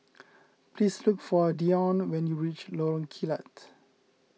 please look for Deion when you reach Lorong Kilat